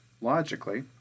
logically